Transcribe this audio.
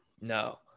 No